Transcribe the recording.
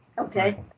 okay